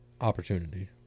opportunity